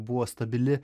buvo stabili